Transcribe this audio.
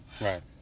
Right